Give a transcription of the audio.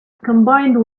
combined